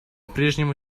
прежнему